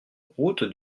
route